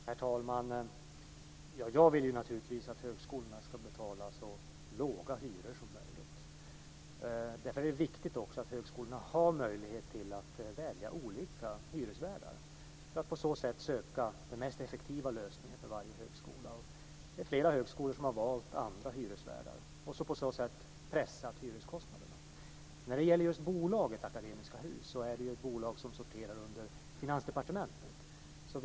Herr talman! Jag vill naturligtvis att högskolorna ska betala så låga hyror som möjligt. Det är viktigt att högskolorna har möjlighet att välja olika hyresvärdar; detta för att på så sätt söka den mest effektiva lösningen för varje högskola. Flera högskolor har valt andra hyresvärdar och på så sätt pressat hyreskostnaderna. Bolaget Akademiska Hus sorterar under Finansdepartementet.